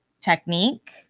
technique